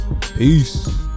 Peace